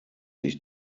ich